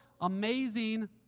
amazing